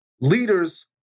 leaders